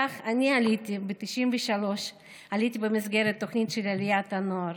כך אני עליתי ב-1993 במסגרת תוכנית עליית הנוער.